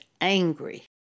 angry